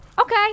Okay